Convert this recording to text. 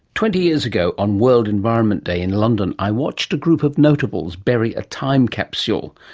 twenty years ago, on world environment day, in london i watched a group of notables bury a time capsule.